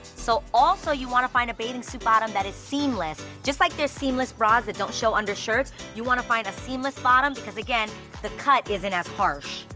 so, also you wanna find a bathing suit bottom that is seamless, just like there's seamless bras that don't show under shirts, you wanna find a seamless bottom because again, the cut isn't as harsh.